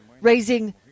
raising